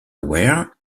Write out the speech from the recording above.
ware